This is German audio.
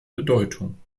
bedeutung